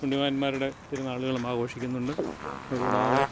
പുണ്യവാന്മാരുടെ പെരുന്നാളുകളും ആഘോഷിക്കുന്നുണ്ട് അതുകൂടാതെ